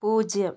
പൂജ്യം